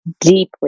deeply